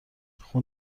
خون